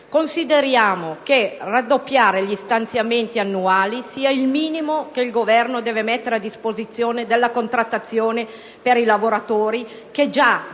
Consideriamo il raddoppio degli stanziamenti annuali il minimo che il Governo debba mettere a disposizione della contrattazione per i lavoratori, che già devono